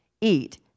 eat